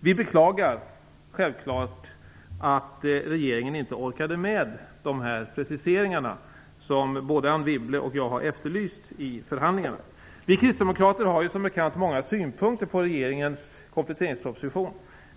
Vi beklagar självklart att regeringen inte orkade med de preciseringar som både Anne Wibble och jag har efterlyst i förhandlingarna. Vi kristdemokrater har som bekant många synpunkter på regeringens kompletteringsproposition.